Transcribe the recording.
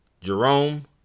Jerome